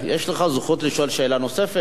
יש לך זכות לשאול שאלה נוספת.